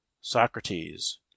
Socrates